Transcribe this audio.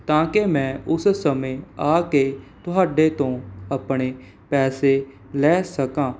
ਤਾਂ ਕਿ ਮੈਂ ਉਸ ਸਮੇਂ ਆ ਕੇ ਤੁਹਾਡੇ ਤੋਂ ਆਪਣੇ ਪੈਸੇ ਲੈ ਸਕਾਂ